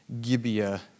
Gibeah